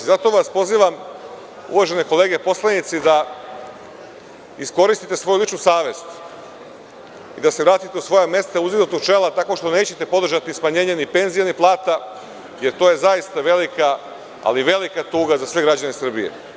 Zato vas pozivam uvažene kolege poslanici da iskoristite svoju ličnu savest i da se vratite u svoja mesta uzdignutog čela, tako što nećete podržati smanjenje ni penzija ni plata, jer to je zaista velika, ali velika tuga za sve građane Srbije.